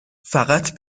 فقط